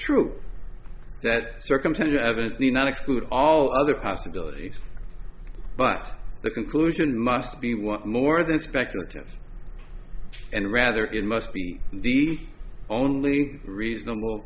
true that circumstantial evidence need not exclude all other possibilities but the conclusion must be one more than speculative and rather it must be the only reasonable